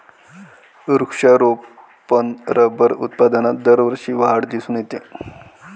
वृक्षारोपण रबर उत्पादनात दरवर्षी वाढ दिसून येते